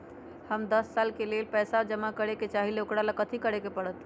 हम दस साल के लेल पैसा जमा करे के चाहईले, ओकरा ला कथि करे के परत?